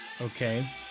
okay